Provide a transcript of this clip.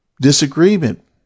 disagreement